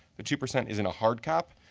the two percent isn't a hard cap,